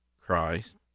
Christ